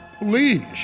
Please